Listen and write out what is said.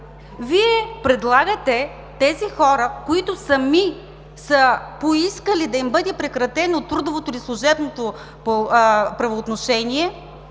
Вие предлагате тези хора, които сами са поискали да им бъде прекратено трудовото или служебното правоотношение,